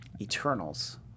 Eternals